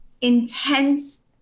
intense